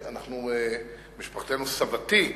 משפחתנו, סבתי